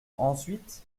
ensuite